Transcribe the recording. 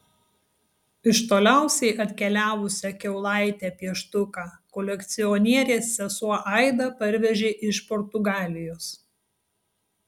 iš toliausiai atkeliavusią kiaulaitę pieštuką kolekcionierės sesuo aida parvežė iš portugalijos